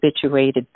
habituated